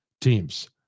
teams